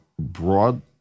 Broad